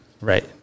right